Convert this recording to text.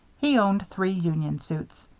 he owned three union suits.